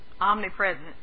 omnipresent